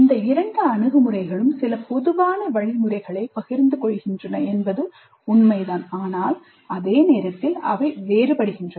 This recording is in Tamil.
இந்த இரண்டு அணுகுமுறைகளும் சில பொதுவான வழிமுறைகளைப் பகிர்ந்து கொள்கின்றன என்பது உண்மைதான் ஆனால் அதே நேரத்தில் அவை வேறுபடுகின்றன